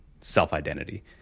self-identity